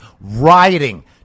rioting